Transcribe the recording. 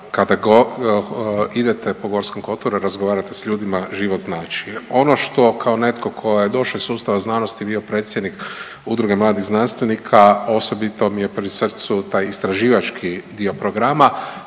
kada idete po Gorskom kotaru, razgovarate sa ljudima život znači. Ono što kao netko tko je došao iz sustava znanosti bio predsjednik Udruge mladih znanstvenika osobito mi je pri srcu taj istraživački dio programa